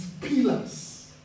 pillars